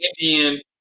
Indian